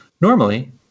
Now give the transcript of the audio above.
Normally